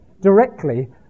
directly